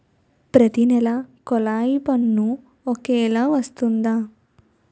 ప్రతి నెల కొల్లాయి పన్ను ఒకలాగే వస్తుందా?